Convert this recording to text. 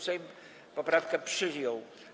Sejm poprawkę przyjął.